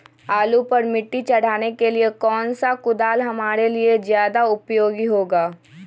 आलू पर मिट्टी चढ़ाने के लिए कौन सा कुदाल हमारे लिए ज्यादा उपयोगी होगा?